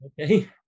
okay